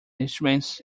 instruments